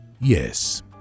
Yes